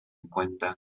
cuenta